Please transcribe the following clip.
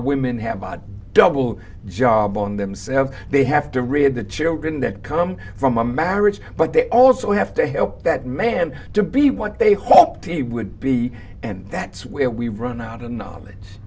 women have bought a double job on themselves they have to read the children that come from a marriage but they also have to help that man to be what they hoped he would be and that's where we run out of knowledge